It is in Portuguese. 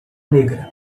negra